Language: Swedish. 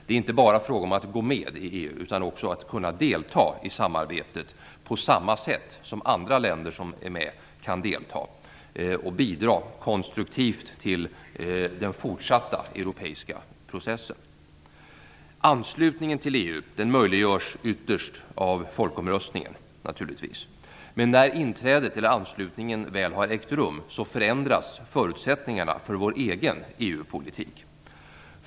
Det är inte bara fråga om att gå med i EU, utan det är också fråga om att kunna delta i samarbetet på samma sätt som andra länder som är med kan delta och att bidra konstruktivt till den fortsatta europeiska processen. Anslutningen till EU möjliggörs naturligtvis ytterst av folkomröstningen. Men när inträdet, anslutningen, väl ägt rum förändras förutsättningarna för vår egen EU-politik.